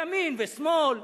ימין ושמאל,